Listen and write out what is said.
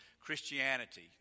Christianity